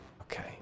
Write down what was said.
Okay